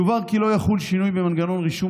יובהר כי לא יחול שינוי במנגנון רישום